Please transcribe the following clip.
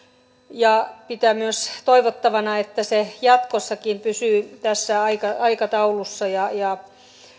ja pitää myös toivottavana että se jatkossakin pysyy tässä aikataulussa ja ja